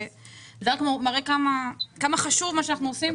זה רק מראה כמה חשוב מה שאנחנו עושים פה.